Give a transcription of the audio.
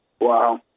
Wow